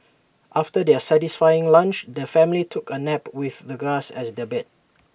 after their satisfying lunch the family took A nap with the grass as their bed